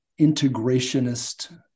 integrationist